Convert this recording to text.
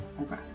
Okay